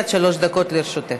עד שלוש דקות לרשותך.